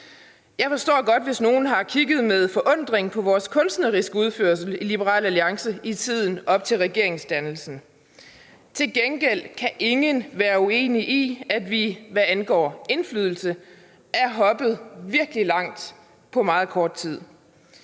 Jeg forstår godt, hvis der er nogle, der har kigget med forundring på vores kunstneriske udførelse i Liberal Alliance i tiden op til regeringsdannelsen. Til gengæld kan ingen være uenig i, at vi, hvad angår indflydelse, er hoppet virkelig langt på meget kort tid.